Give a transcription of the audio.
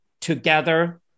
together